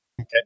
Okay